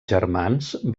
germans